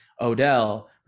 Odell